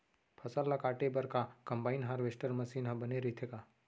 फसल ल काटे बर का कंबाइन हारवेस्टर मशीन ह बने रइथे का?